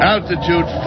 Altitude